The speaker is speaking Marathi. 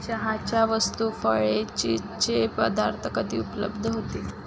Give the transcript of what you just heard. चहाच्या वस्तू फळे चीजचे पदार्थ कधी उपलब्ध होतील